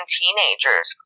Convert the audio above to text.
teenagers